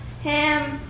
ham